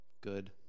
good